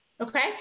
okay